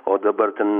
o dabar ten